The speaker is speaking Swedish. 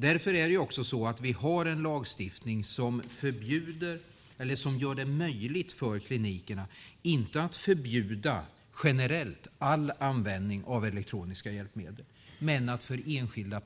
Därför har vi en lagstiftning som gör det möjligt för klinikerna inte att generellt förbjuda all användning av elektroniska hjälpmedel men att förbjuda enskilda